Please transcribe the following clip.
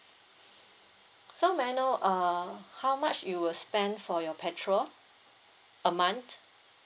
so may I know uh how much you will spend for your petrol a month